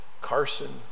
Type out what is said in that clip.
Carson